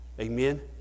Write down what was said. Amen